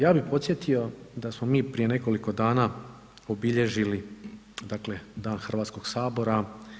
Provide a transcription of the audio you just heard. Ja bih podsjetio da smo mi prije nekoliko dana obilježili dakle, dan Hrvatskog sabora.